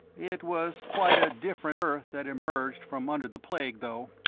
it was quite a different earth that emerged from under the plague, though.